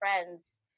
friends